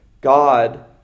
God